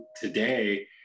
today